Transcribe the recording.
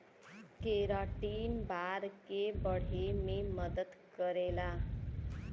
keratin बार के बढ़े में मदद करेला